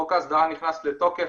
חוק ההסדרה נכנס לתוקף,